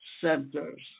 centers